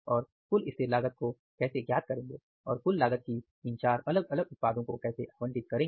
और कुल स्थिर लागत को कैसे ज्ञात करेंगे और कुल लागत को इन चार अलग अलग उत्पादों को कैसे आवंटित करेंगे